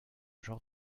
genre